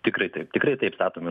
tikrai taip tikrai taip statome